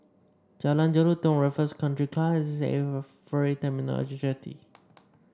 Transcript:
Jalan Jelutong Raffles Country Club S A F Ferry Terminal Jetty